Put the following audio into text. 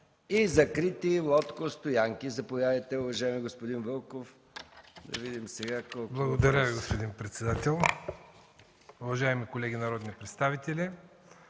и закрити лодкостоянки”. Заповядайте, уважаеми господин Вълков. ИВАН ВЪЛКОВ (ГЕРБ): Благодаря Ви, господин председател. Уважаеми колеги народни представители,